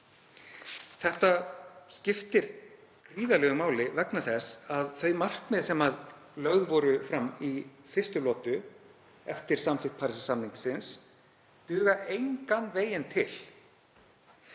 Þetta skiptir gríðarlegu máli vegna þess að þau markmið sem lögð voru fram í fyrstu lotu eftir samþykkt Parísarsamningsins duga engan veginn til.